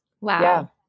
wow